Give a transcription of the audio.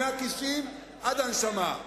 מהכיסים עד הנשמה.